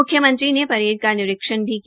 मुख्यमंत्री ने परेड का निरीक्षण भी किया